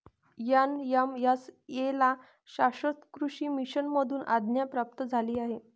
NMSA ला शाश्वत कृषी मिशन मधून आज्ञा प्राप्त झाली आहे